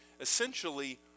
essentially